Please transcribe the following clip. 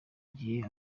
gihe